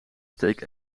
steek